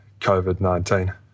COVID-19